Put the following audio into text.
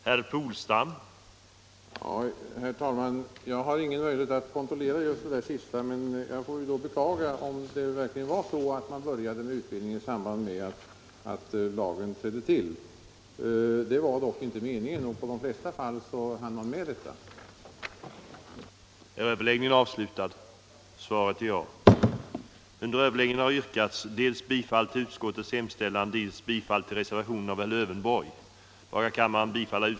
Herr talman! Jag har ingen möjlighet att kontrollera den uppgift som herr Petersson i Röstånga nu lämnade, men jag beklagar om det var så att man började med utbildningen i samband med att lagen trädde i kraft. Detta var dock inte meningen, och i de flesta fall hann man med utbildningen dessförinnan.